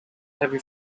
heavy